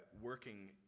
working